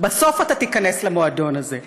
בסוף אתה תיכנס למועדון הזה.